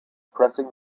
pressing